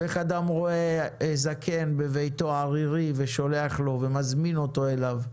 ואיך אדם רואה זקן ערירי בביתו ושולח לו ומזמין אותו אליו.